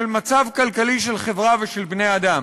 של מצב כלכלי של חברה ושל בני-אדם,